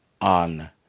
on